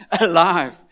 alive